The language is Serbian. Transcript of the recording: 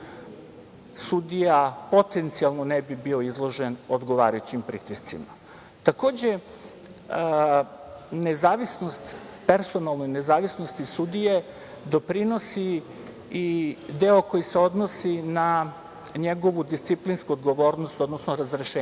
sudija potencijalno ne bi bio izložen odgovarajućim pritiscima. Takođe, personalnoj nezavisnosti sudije doprinosi i deo koji se odnosi na njegovu disciplinsku odgovornost, odnosno razrešenje.